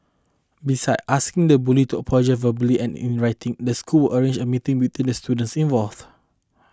besides asking the bully to apologise verbally and in writing the school arrange a meeting between the students involved